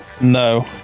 No